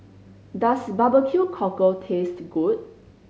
does barbecue cockle taste good